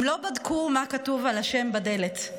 הם לא בדקו מה כתוב בשם על בדלת.